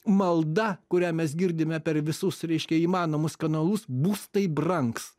malda kurią mes girdime per visus reiškia įmanomus kanalus būstai brangs